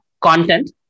content